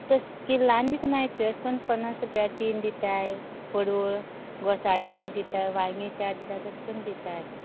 तशें किलानी विकनाय त्यो अशें करून पंन्नास रुपयाक तीन दिताय पडवळ गोसाळीं चार दिता वांगे चार दिता तश करून दिताय आमी